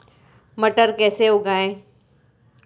मटर कैसे उगाएं?